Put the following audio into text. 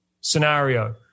scenario